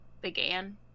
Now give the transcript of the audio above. began